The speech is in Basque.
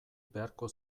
beharko